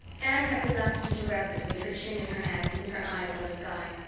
anne had relapsed into reverie, with her chin in her hands and her eyes on the sky,